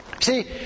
see